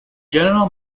general